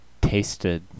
tasted